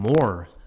more